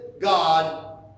God